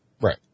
Right